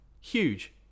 huge